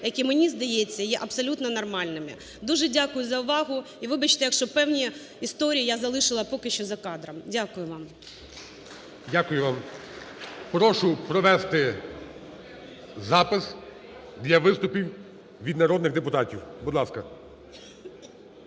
які, мені здається, є абсолютно нормальними. Дуже дякую за увагу. І вибачте, якщо певні історії я залишила поки що за кадром. Дякую вам. ГОЛОВУЮЧИЙ. Дякую вам. Прошу провести запис для виступів від народних депутатів. Будь ласка.